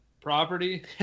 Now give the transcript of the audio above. property